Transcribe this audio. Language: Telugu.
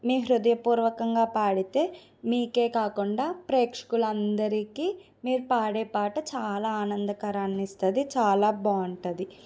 మీ హృదయపూర్వకంగా పాడితే మీకే కాకుండా ప్రేక్షకులందరికీ మీరు పాడే పాట చాలా ఆనందకరాన్ని ఇస్తుంది చాలా బాగుంటుంది